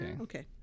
okay